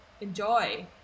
enjoy